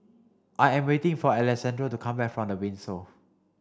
I am waiting for Alessandro to come back from The Windsor